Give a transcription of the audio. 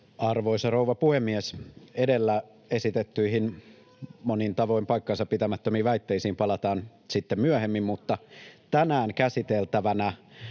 Arvoisa rouva puhemies! Edellä esitettyihin, monin tavoin paikkansa pitämättömiin väitteisiin palataan sitten myöhemmin, mutta tänään käsiteltävänä